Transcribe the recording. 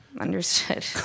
Understood